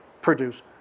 produce